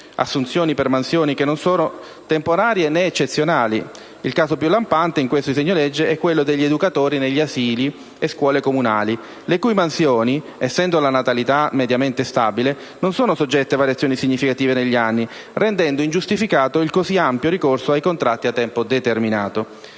assunzioni per mansioni che non sono temporanee né eccezionali; il caso più lampante, in questo decreto-legge, è quello degli educatori negli asili e scuole comunali, le cui mansioni, essendo la natalità mediamente stabile, non sono soggette a variazioni significative negli anni, rendendo ingiustificato il così ampio ricorso ai contratti a tempo determinato.